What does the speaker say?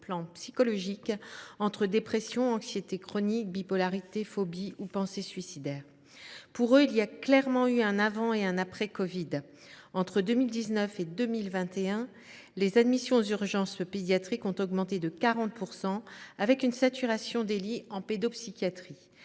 plan psychologique, entre dépression, anxiété chronique, bipolarité, phobies ou pensées suicidaires. Pour eux, il y a clairement eu un avant et un après covid 19 : entre 2019 et 2021, les admissions aux urgences pédiatriques ont augmenté de 40 %, avec une saturation des lits en pédopsychiatrie.